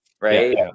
right